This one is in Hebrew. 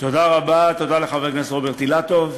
תודה רבה, תודה לחבר הכנסת רוברט אילטוב.